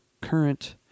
current